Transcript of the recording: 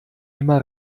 immer